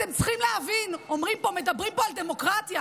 אתם צריכים להבין, מדברים פה על דמוקרטיה.